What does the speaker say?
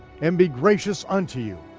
and be gracious unto you.